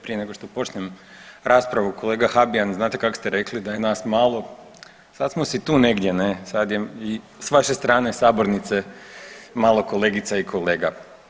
Prije nego što počnem raspravu kolega Habijan znate kako ste rekli da je nas malo, sad smo si tu negdje ne, sad je s vaše strane sabornice malo kolegica i kolega.